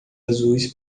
azuis